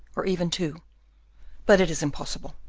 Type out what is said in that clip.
or even two but it is impossible.